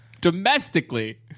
domestically